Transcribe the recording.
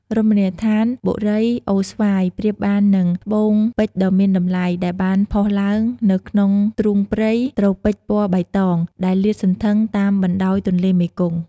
រមណីដ្ឋានបូរីអូរស្វាយ ប្រៀបបាននឹងត្បូងពេជ្រដ៏មានតម្លៃ ដែលបានផុសឡើងនៅក្នុងទ្រូងព្រៃ ត្រូពិចពណ៌បៃតង ដែលលាតសន្ធឹងតាមបណ្តោយទន្លេមេគង្គ។